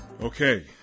Okay